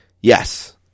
yes